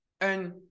And-